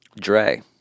Dre